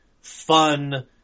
fun